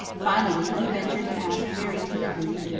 finally he ventured to ask very timidly,